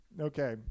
Okay